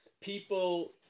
people